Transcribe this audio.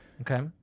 Okay